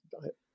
diet